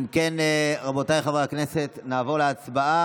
אם כן, רבותיי חברי הכנסת, נעבור להצבעה.